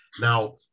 Now